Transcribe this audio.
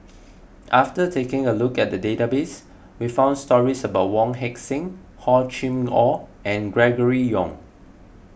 after taking a look at the database we found stories about Wong Heck Sing Hor Chim or and Gregory Yong